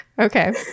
Okay